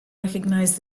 recognized